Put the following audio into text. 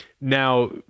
now